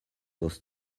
dos